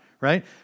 right